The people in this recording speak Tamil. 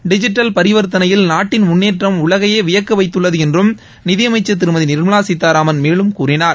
டிஜிட்டல் பரிவர்த்தனையில் நாட்டின் முன்னேற்றம் உலகையே வியக்க வைத்துள்ளது என்றும் நிதியமைச்சர் திருமதி நிர்மலா சீதாராமன் மேலும் கூறினார்